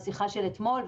והשיחה של אתמול,